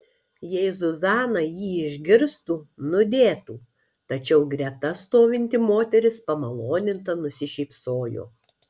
jei zuzana jį išgirstų nudėtų tačiau greta stovinti moteris pamaloninta nusišypsojo